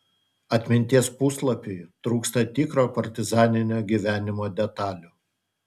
atminties puslapiui trūksta tikro partizaninio gyvenimo detalių